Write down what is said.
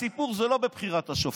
הסיפור זה לא בבחירת השופטים.